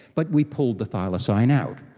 but we pulled the thylacine out.